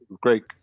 great